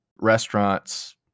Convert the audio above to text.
restaurants